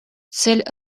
цель